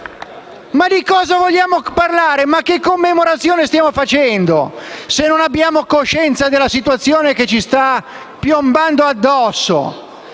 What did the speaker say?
Ma di cosa vogliamo parlare? Che commemorazione stiamo facendo, se non abbiamo coscienza della situazione che ci sta piombando addosso?